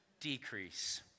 decrease